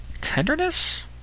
tenderness